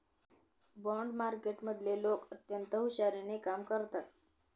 bond मार्केटमधले लोक अत्यंत हुशारीने कामं करतात